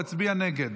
להצביע נגד.